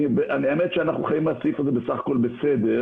האמת שאנחנו חיים עם הסעיף הזה בסך הכול בסדר,